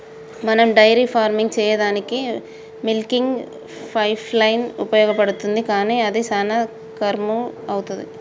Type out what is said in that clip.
మనం dairy farming సెయ్యదానికీ milking pipeline ఉపయోగించబడుతుంది కానీ అది శానా కర్శు అవుతది